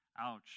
ouch